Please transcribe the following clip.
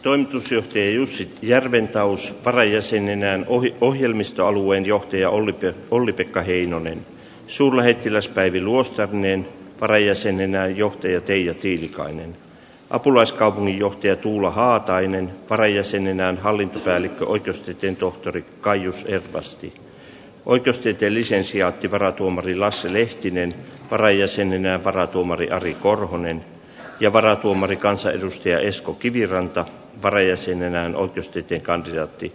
toimitusjohtaja jussi järventaus varajäsenenään ohjelmistoalueen johtaja olli pekka heinonen suurlähettiläs päivi luostarinen varajäsenenään johtaja teija tiilikainen apulaiskaupunginjohtaja tuula haatainen varajäsenenään hallintopäällikkö oikeustieteen tohtori kaijus ervasti oikeustieteen lisensiaatti varatuomari lasse lehtinen varajäsenenään varatuomari ari korhonen ja varatuomari kansanedustaja esko kiviranta varajäsenenään oikeustieteen kandidaatti